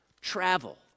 Travel